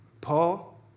Paul